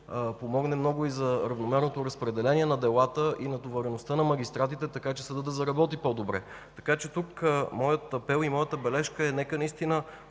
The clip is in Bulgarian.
помогне много и за равномерното разпределение на делата и на натовареността на магистратите, така че съдът да заработи по-добре. Тук моят апел, моята бележка е: нека наистина